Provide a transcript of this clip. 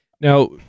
Now